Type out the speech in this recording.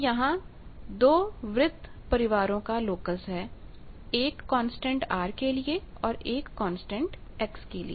तो यहां दो वृत्त के परिवारों का लोकस है एक कांस्टेंट R के लिए और एक कांस्टेंट X के लिए